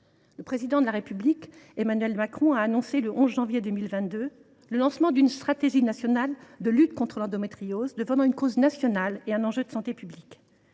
Le Président de la République, Emmanuel Macron, a annoncé le 11 janvier 2022 le lancement d’une stratégie nationale de lutte contre l’endométriose ; il en a fait une cause nationale et un enjeu de santé publique.